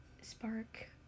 spark